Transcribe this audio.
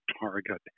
target